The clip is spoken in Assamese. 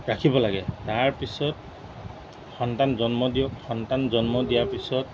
ৰাখিব লাগে তাৰপিছত সন্তান জন্ম দিয়ক সন্তান জন্ম দিয়াৰ পিছত